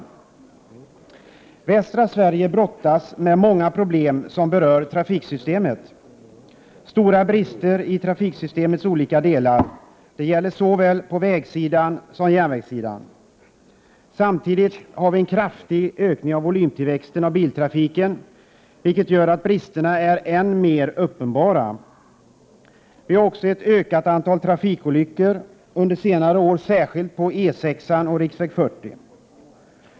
Västra Sverige brottas med många problem som berör trafiksystemet. Det finns stora brister i trafiksystemets olika delar, såväl på vägsidan som på järnvägssidan. Samtidigt har vi en kraftig volymtillväxt av biltrafiken, vilket gör att bristerna är än mer uppenbara. Antalet trafikolyckor har också ökat under senare år, särskilt på E 6 och riksväg 40.